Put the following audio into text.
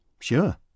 Sure